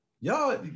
y'all